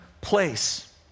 place